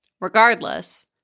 Regardless